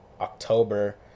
October